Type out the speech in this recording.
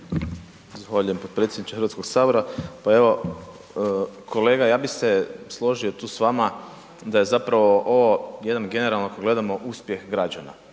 Zahvaljujem potpredsjedniče Hrvatskog sabora. Pa evo kolega ja bi se složio tu s vama da je zapravo ovo jedan ako generalno gledamo uspjeh građana,